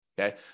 Okay